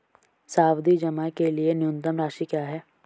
सावधि जमा के लिए न्यूनतम राशि क्या है?